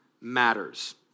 matters